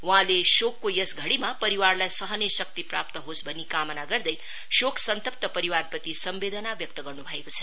वहाँले शोकको यस घड़ीमा परिवारलाई सहने शक्ति प्राप्त होस् भनी कामना गर्दै शोकसन्तप्त परिवारप्रति समवेदना व्यक्त गर्नु भएको छ